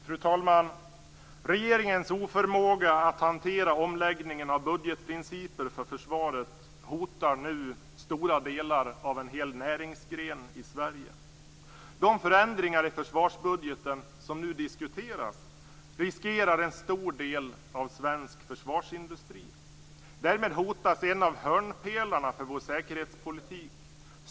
Fru talman! Regeringens oförmåga att hantera omläggningen av budgetprinciper för försvaret hotar nu stora delar av en hel näringsgren i Sverige. De förändringar i försvarsbudgeten som nu diskuteras riskerar en stor del av svensk försvarsindustri. Därmed hotas en av hörnpelarna för vår säkerhetspolitik.